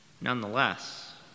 nonetheless